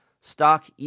stock